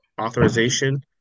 authorization